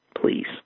please